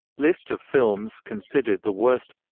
list of films considered the worst